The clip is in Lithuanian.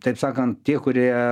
taip sakant tie kurie